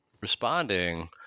responding